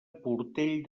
portell